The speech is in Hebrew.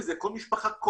כל משפחה מטפלת בנפטר שלה.